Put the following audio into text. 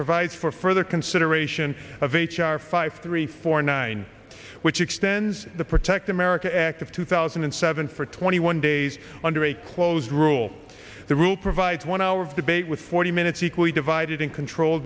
provides for further consideration of h r five three four nine which extends the protect america act of two thousand and seven for twenty one days under a closed rule the rule provides one hour of debate with forty minutes equally divided and controlled